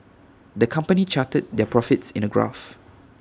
the company charted their profits in A graph